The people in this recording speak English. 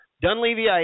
Dunleavy